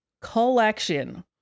collection